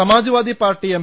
Samajwadi party M